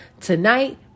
tonight